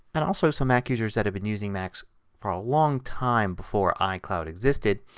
and also some mac users that have been using macs for a long time before icloud existed,